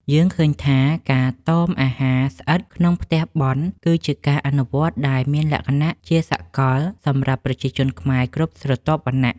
យើងឃើញថាការតមអាហារស្អិតក្នុងផ្ទះបុណ្យ គឺជាការអនុវត្តដែលមានលក្ខណៈជាសកលសម្រាប់ប្រជាជនខ្មែរគ្រប់ស្រទាប់វណ្ណៈ។